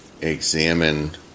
examine